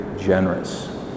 generous